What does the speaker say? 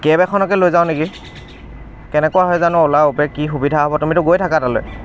cab এখনকে লৈ যাওঁ নেকি কেনেকুৱা হয় জানো ওলা উবেৰ কি সুবিধা হ'ব তুমিতো গৈয়ে থাকা তালৈ